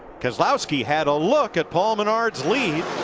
keselowski had a look at paul menard's lead,